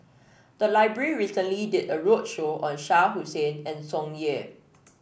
the library recently did a roadshow on Shah Hussain and Tsung Yeh